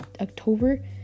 October